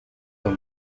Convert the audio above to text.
dans